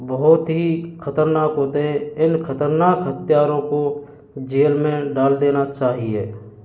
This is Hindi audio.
बहुत ही खतरनाक होते हैं इन खतरनाक हत्यारों को जेल में डाल देना चाहिये